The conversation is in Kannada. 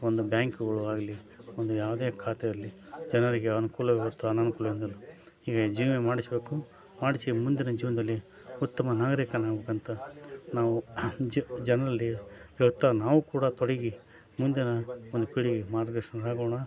ಒಂದು ಬ್ಯಾಂಕ್ಗಳು ಆಗಲಿ ಒಂದು ಯಾವದೇ ಖಾತೆ ಇರಲಿ ಜನರಿಗೆ ಅನುಕೂಲವೆ ಹೊರತು ಅನಾನುಕೂಲ ಎಂದು ಅಲ್ಲ ಹೀಗಾಗಿ ಜೀವ ವಿಮೆ ಮಾಡಿಸಬೇಕು ಮಾಡಿಸಿ ಮುಂದಿನ ಜೀವನದಲ್ಲಿ ಉತ್ತಮ ನಾಗರೀಕನಾಗಬೇಕಂತ ನಾವು ಜನರಲ್ಲಿ ಹೇಳ್ತಾ ನಾವು ಕೂಡ ತೊಡಗಿ ಮುಂದಿನ ಒಂದು ಪೀಳಿಗೆಗೆ ಮಾರ್ಗದರ್ಶಕರಾಗೋಣ